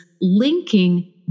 linking